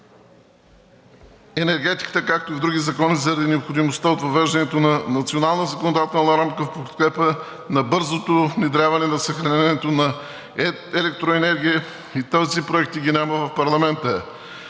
енергетиката, както и в други закони, заради необходимостта от въвеждането на Национална законодателна рамка в подкрепа на бързото внедряване на съхранението на електроенергия. Тези проекти ги няма в парламента.